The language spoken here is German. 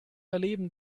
erleben